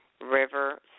River